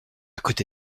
côté